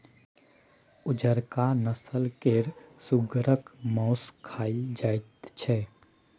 उजरका नस्ल केर सुगरक मासु खाएल जाइत छै